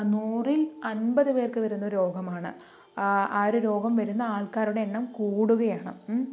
നൂറിൽ അൻപത് പേർക്ക് വരുന്ന രോഗമാണ് ആ ഒരു രോഗം വരുന്ന ആൾക്കാരുടെ എണ്ണം കൂടുകയാണ് മ്